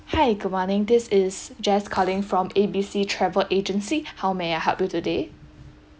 hi good morning this is jess calling from A B C travel agency how may I help you today